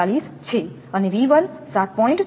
43 છે અને 𝑉1 7